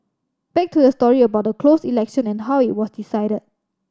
back to the story about the closed election and how it was decided